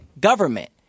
government